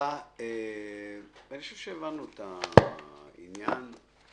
הבנו את העניין.